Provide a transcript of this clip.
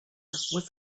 was